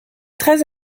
treize